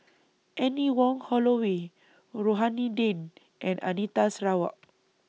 Anne Wong Holloway Rohani Din and Anita Sarawak